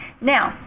Now